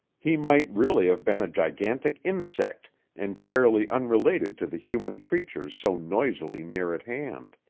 he might really have been a gigantic insect entirely unrelated to the human creatures so noisily near at hand.